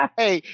hey